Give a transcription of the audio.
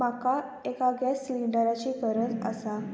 म्हाका एका गॅस सिलींडराची गरज आसा